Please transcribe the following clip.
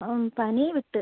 പനി വിട്ട്